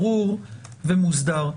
ברור ומוסדר.